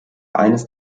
eines